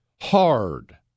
hard